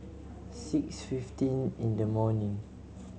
six fifteen in the morning